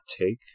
take